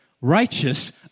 righteous